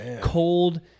cold